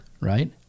Right